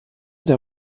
der